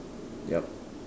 yup